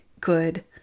good